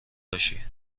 باشی